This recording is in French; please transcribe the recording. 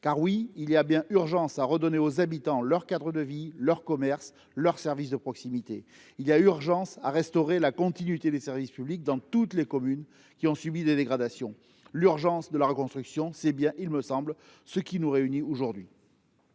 Car oui, il y a urgence à redonner aux habitants leur cadre de vie, leurs commerces, leurs services de proximité. Il y a urgence à restaurer la continuité des services publics dans toutes les communes qui ont subi des dégradations. L’urgence de la reconstruction, c’est bien, me semble t il, ce qui nous réunit aujourd’hui